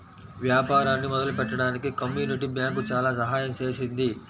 వ్యాపారాన్ని మొదలుపెట్టడానికి community bank చాలా సహాయం చేసింది